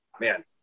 man